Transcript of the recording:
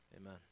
Amen